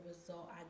result